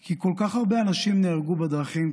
כי כל כך הרבה אנשים נהרגו בדרכים,